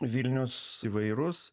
vilnius įvairus